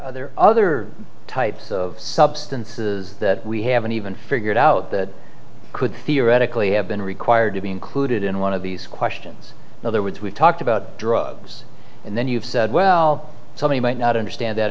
are other types of substances that we haven't even figured out that could theoretically have been required to be included in one of these questions in other words we've talked about drugs and then you've said well somebody might not understand that